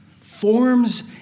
forms